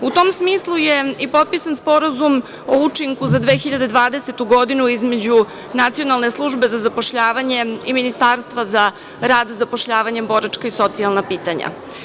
U tom smislu je i potpisan Sporazum o učinku za 2020. godinu između Nacionalne službe za zapošljavanje i Ministarstva za rad i zapošljavanje, boračka i socijalna pitanja.